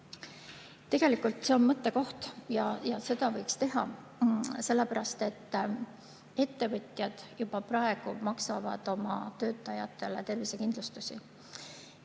See on mõttekoht ja seda võiks teha, sellepärast et ettevõtjad juba praegu maksavad oma töötajatele tervisekindlustust.